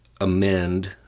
amend